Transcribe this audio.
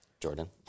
Jordan